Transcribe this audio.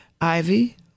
Ivy